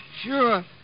Sure